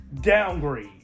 downgrade